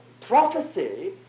prophecy